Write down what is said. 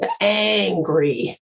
angry